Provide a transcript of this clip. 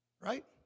right